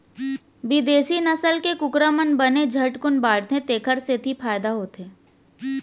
बिदेसी नसल के कुकरा मन बने झटकुन बाढ़थें तेकर सेती बने फायदा होथे